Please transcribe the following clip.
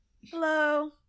Hello